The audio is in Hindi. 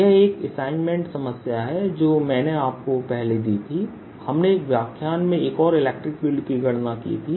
यह एक असाइनमेंट समस्या है जो मैंने आपको पहले दी है हमने एक व्याख्यान में एक इलेक्ट्रिक फील्ड की गणना की थी